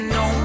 no